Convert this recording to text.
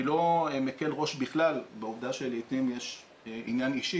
אני לא מקל ראש בכלל בעובדה שלעתים יש עניין אישי